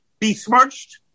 besmirched